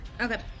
okay